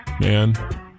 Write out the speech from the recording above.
Man